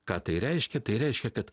ką tai reiškia tai reiškia kad